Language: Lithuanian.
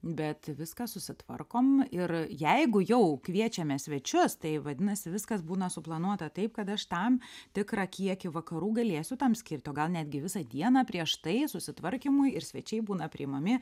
bet viską susitvarkom ir jeigu jau kviečiame svečius tai vadinasi viskas būna suplanuota taip kad aš tam tikrą kiekį vakarų galėsiu tam skirt o gal netgi visą dieną prieš tai susitvarkymui ir svečiai būna priimami